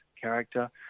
character